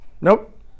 Nope